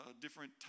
different